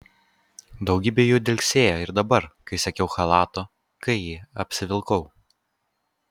daugybė jų dilgsėjo ir dabar kai siekiau chalato kai jį apsivilkau